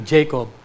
Jacob